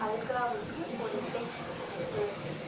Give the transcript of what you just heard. அல்காவுக்கு ஒரு டெக்ஸ்ட் அனுப்பு